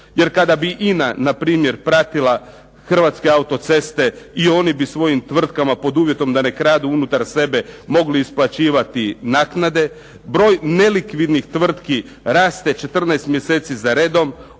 Jer kada bi INA na primjer pratila Hrvatske autoceste i oni bi svojim tvrtkama pod uvjetom da ne kradu unutar sebe mogli isplaćivati naknade. Broj nelikvidnih tvrtki raste 14 mjeseci za redom.